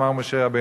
אמר משה רבנו.